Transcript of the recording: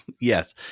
Yes